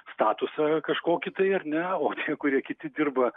statusą kažkokį tai ar ne o tie kurie kiti dirba